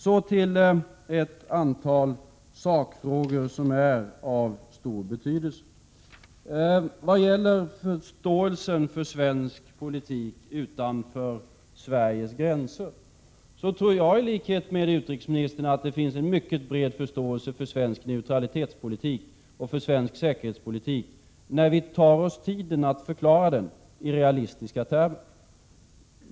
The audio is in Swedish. Så vill jag beröra ett antal sakfrågor som är av stor betydelse. Vad gäller förståelsen för svensk politik utanför Sveriges gränser tror jag, i likhet med utrikesministern, att det finns en mycket bred förståelse för svensk neutralitetspolitik och för svensk säkerhetspolitik, när vi tar oss tiden att förklara den i realistiska termer.